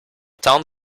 town